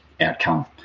outcome